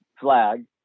Flag